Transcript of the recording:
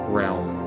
realm